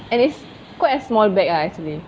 and it's quite a small bag lah actually